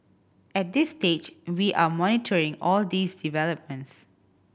at this stage we are monitoring all these developments